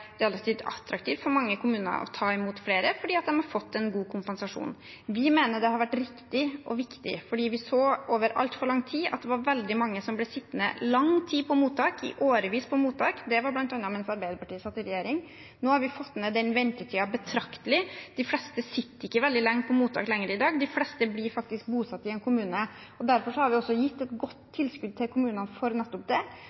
relativt attraktivt for mange kommuner å ta imot flere, fordi de har fått en god kompensasjon. Vi mener det har vært riktig og viktig – fordi vi så over altfor lang tid at det var veldig mange som ble sittende i lang tid, i årevis, på mottak. Det var bl.a. mens Arbeiderpartiet satt i regjering. Nå har vi fått ned ventetiden betraktelig. De fleste sitter ikke veldig lenge på mottak i dag. De fleste blir bosatt i en kommune, og derfor har vi gitt et godt tilskudd til kommunene for nettopp det.